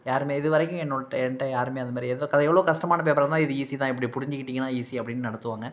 யாரும் இது வரைக்கும் என்னோடு என்கிட்ட யாருமே அந்த மாதிரி எந்த க எவ்வளோ கஸ்டமான பேப்பரா இருந்தாலும் இது ஈஸி தான் இப்படி புரிஞ்சுக்கிட்டீங்கன்னா ஈஸி அப்படின்னு நடத்துவாங்க